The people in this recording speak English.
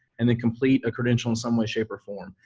and then complete a credential in some way, shape or form.